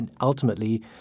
ultimately